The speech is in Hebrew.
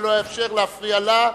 ולא אאפשר להפריע לה,